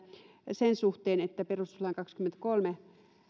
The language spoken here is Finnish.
sen suhteen että perustuslain kahdennenkymmenennenkolmannen